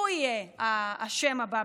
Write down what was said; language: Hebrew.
הוא יהיה האשם בטרור,